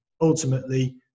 ultimately